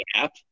app